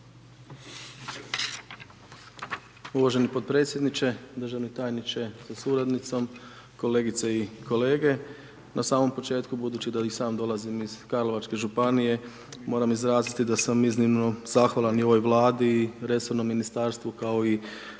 Uvaženi potpredsjedniče, državni tajniče sa suradnicom, kolegice i kolege. Na samom početku, budući da i sam dolazim iz Karlovačke županije, moram izraziti da sam iznimno zahvalan i ovoj Vladi i resornom Ministarstvu, kao i